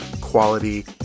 quality